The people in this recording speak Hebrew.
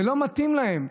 זה לא מתאים להם.